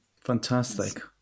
Fantastic